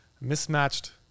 mismatched